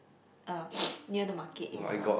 uh near the market area